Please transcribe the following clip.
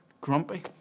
grumpy